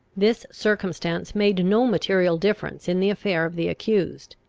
this circumstance made no material difference in the affair of the accused.